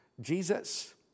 Jesus